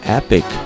Epic